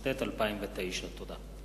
התשס"ט 2009. תודה.